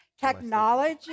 technology